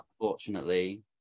unfortunately